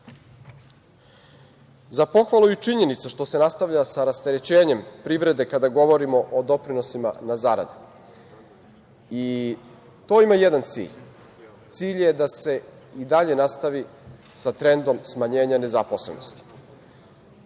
pohvalu je i činjenica što se nastavlja sa rasterećenjem privrede kada govorimo o doprinosima na zarade. To ima jedan cilj – da se i dalje nastavi sa trendom smanjenja nezaposlenosti.